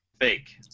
Fake